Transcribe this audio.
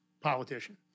politician